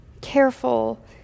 careful